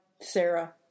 Sarah